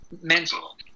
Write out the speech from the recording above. mental